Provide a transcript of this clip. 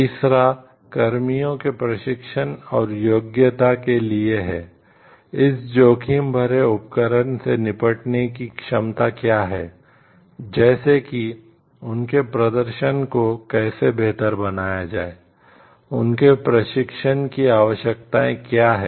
तीसरा कर्मियों के प्रशिक्षण और योग्यता के लिए है इस जोखिम भरे उपकरण से निपटने की क्षमता क्या है जैसे कि उनके प्रदर्शन को कैसे बेहतर बनाया जाए उनके प्रशिक्षण की आवश्यकताएं क्या हैं